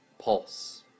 pulse